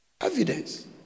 Evidence